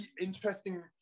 interesting